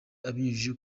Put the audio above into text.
abinyujije